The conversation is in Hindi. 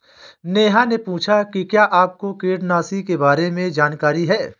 नेहा ने पूछा कि क्या आपको कीटनाशी के बारे में जानकारी है?